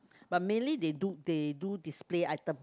but mainly they do they do display item